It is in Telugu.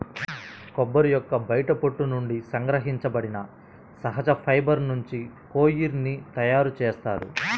కొబ్బరి యొక్క బయటి పొట్టు నుండి సంగ్రహించబడిన సహజ ఫైబర్ నుంచి కోయిర్ ని తయారు చేస్తారు